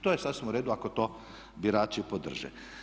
To je sasvim u redu ako to birači podrže.